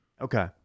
Okay